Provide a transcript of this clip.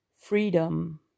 freedom